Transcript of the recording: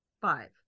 Five